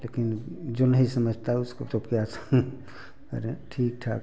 लेकिन जो नहीं समझता है उसको तो क्या अरे ठीक ठाक है